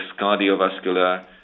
cardiovascular